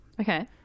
Okay